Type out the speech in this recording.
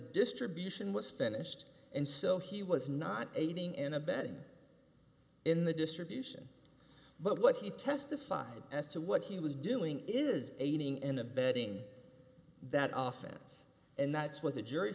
distribution was finished and so he was not aiding and abetting in the distribution but what he testified as to what he was doing is aiding and abetting that office and that's what the jury